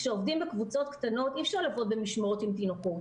כשעובדים בקבוצות קטנות אי-אפשר לעבוד במשמרות עם תינוקות.